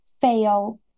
fail